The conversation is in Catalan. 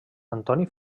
antoni